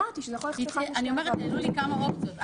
העלו כמה אופציות.